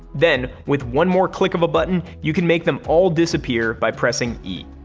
then, with one more click of a button, you can make them all disappear by pressing e.